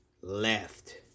left